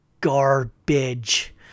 garbage